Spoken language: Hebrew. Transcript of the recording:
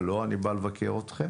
לא, אני בא לבקר אתכם.